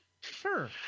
Sure